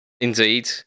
indeed